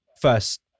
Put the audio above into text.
first